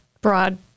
broad